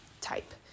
type